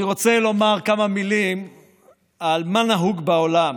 אני רוצה לומר כמה מילים על מה שנהוג בעולם: